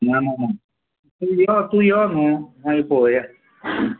ना ना ना तूं यो तूं यो न्हू मागीर पळोवया